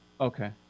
Okay